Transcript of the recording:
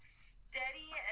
steady